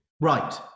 Right